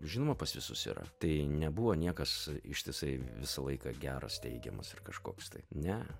žinoma pas visus yra tai nebuvo niekas ištisai visą laiką geras teigiamas ir kažkoks tai ne